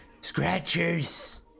scratchers